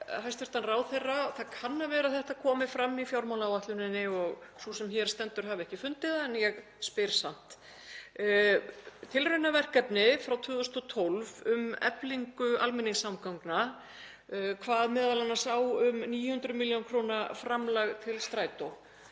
hæstv. ráðherra — það kann að vera að þetta komi fram í fjármálaáætluninni og að sú sem hér stendur hafi ekki fundið það, en ég spyr samt: Tilraunaverkefni frá 2012, um eflingu almenningssamgangna, kvað m.a. á um 900 millj. kr. framlag til strætó.